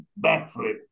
backflip